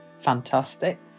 Fantastic